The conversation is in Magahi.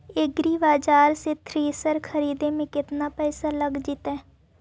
एग्रिबाजार से थ्रेसर खरिदे में केतना पैसा लग जितै?